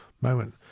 moment